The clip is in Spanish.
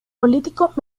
políticos